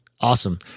Awesome